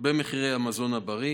במחירי המזון הבריא,